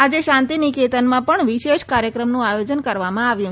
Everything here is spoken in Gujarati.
આજે શાંતિ નિકેતનમાં પણ વિશેષ કાર્યક્રમનું આયોજન કરવામાં આવ્યું છે